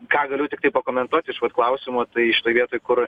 ką galiu tiktai pakomentuoti iš vat klausimo tai šitoj vietoj kur